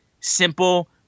simple